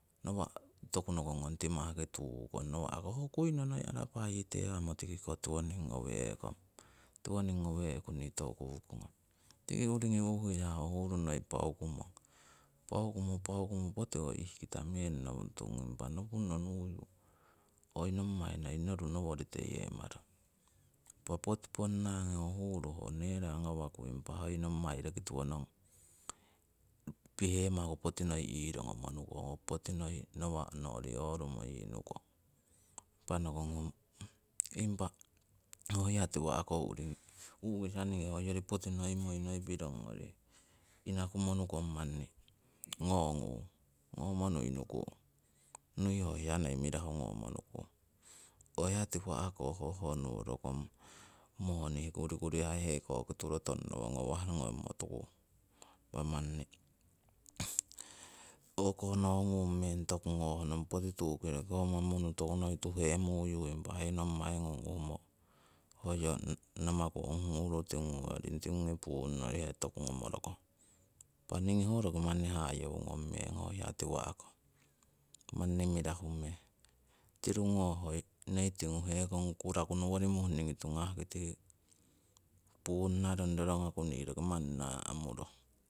Nawa' toku nohu ngong timahki tu'kong, nawako ho kuino noi arapah tewamo tiwoning ngewe'kong, tiwoning ngewe'ku nii toku kukongong. Tiki uringi u'kisa ho huru noi pauku mong, pauku, pauku potiko ihkita meng noputung, impa nopung no nuyu hoi nommai noi noru nowori teyemarong. Impa poti ponnangi ho huuru ho neeraa ngawaku impa hoi nommai roki tiwonong pihemaku poti noi irongomo nukong, ho poti noi nawa' no'ri orumorukong. Impa nokongong impa ho hiya tiwa'ko uringii u'kisa ningii hoyori poti noi moi pirong ngori inakumo nukong manni ngongung ngomo nuinukung nui ho hiya nei mirahu ngomo nukung. Ho hiya tiwa'ko ho honowo rokong moni kurikurihai hekoki turotongno ngawah ngomo tukung. Impa manni o'konogung toku ngohnong poti tu'ki roki ho monunu toku noi tuhemuyu impa hoi nommai ngung uhumo hoyo namaku ong huru tinguyoring, tingui puunnihe manni toku ngomorokong. Impa ningii ho roki manni hayeu ngong meng ho hiya tiwa'ko, manni mirahu meng. Tirungo hoi tingu hekongu kukuraku nowori nei muhningi tungahki puunnarong rorongaku nii manni naamurong.